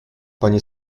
panie